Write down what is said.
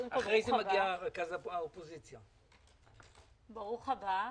ברוך הבא.